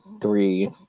three